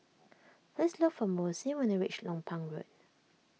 please look for Mossie when you reach Lompang Road